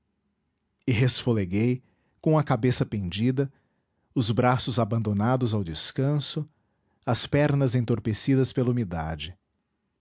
e resfoleguei com a cabeça pendida os braços abandonados ao descanso as pernas entorpecidas pela umidade